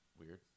weird